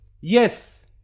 Yes